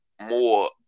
more